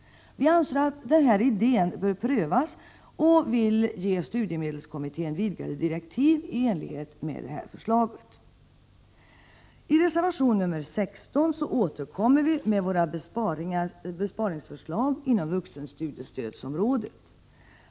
Vi reservanter anser att denna idé bör prövas och vill ge studiemedelskommittén vidgade direktiv i enlighet med detta förslag. I reservation 16 återkommer vi moderater med våra besparingsförslag inom vuxenstudiestödsområdet.